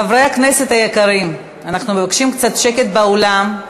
חברי הכנסת היקרים, אנחנו מבקשים קצת שקט באולם.